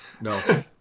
No